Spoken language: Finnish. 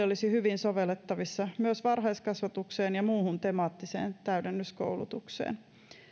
olisi hyvin sovellettavissa myös varhaiskasvatukseen ja muuhun temaattiseen täydennyskoulutukseen